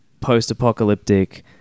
post-apocalyptic